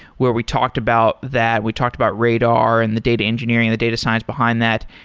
where we talked about, that we talked about radar and the data engineering, the data science behind that.